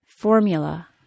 formula